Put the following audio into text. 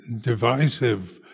divisive